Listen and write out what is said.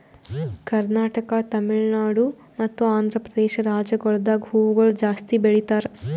ಕರ್ನಾಟಕ, ತಮಿಳುನಾಡು ಮತ್ತ ಆಂಧ್ರಪ್ರದೇಶ ರಾಜ್ಯಗೊಳ್ದಾಗ್ ಹೂವುಗೊಳ್ ಜಾಸ್ತಿ ಬೆಳೀತಾರ್